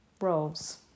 roles